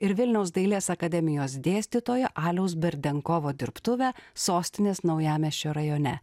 ir vilniaus dailės akademijos dėstytojo aliaus berdenkovo dirbtuvę sostinės naujamiesčio rajone